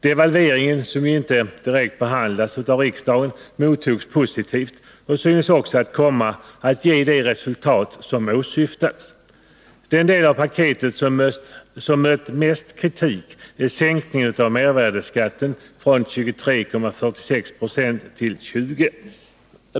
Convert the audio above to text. Devalveringen, som ju inte direkt behandlas av riksdagen, mottogs positivt och synes också komma att ge de resultat som åsyftats. Den del av paketet som mött mest kritik är sänkningen av mervärdeskatten från 23,46 9 till 20 90.